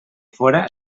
fóra